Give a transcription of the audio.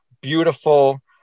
beautiful